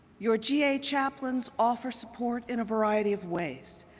your g a. chaplains offer support in a variety of ways.